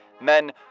Men